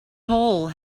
hole